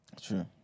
True